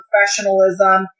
professionalism